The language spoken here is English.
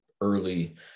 early